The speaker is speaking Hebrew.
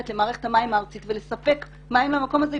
למערכת המים הארצית ולספק מים למקום הזה,